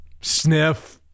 Sniff